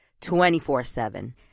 24-7